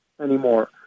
anymore